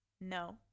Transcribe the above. no